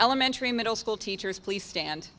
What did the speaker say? elementary middle school teachers please stand